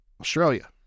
Australia